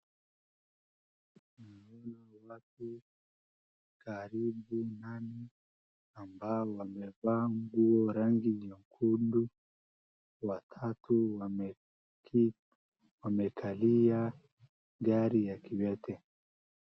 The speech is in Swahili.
Naona watu karibu nane ambao wamevaa nguo rangi nyekundu watatu wamekali gari ya kiwete.